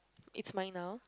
it's mine now